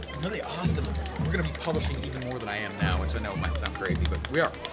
really awesome, we're gonna be publishing even more than i am now, which i know might sound crazy, but we are.